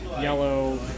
yellow